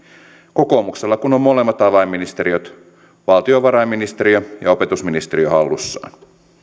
kokoomuksella kun ovat molemmat avainministeriöt valtiovarainministeriö ja opetusministeriö hallussaan